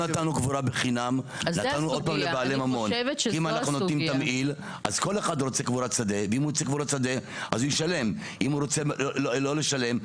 אני שאלתי אם חברים --- אנחנו לא חברים.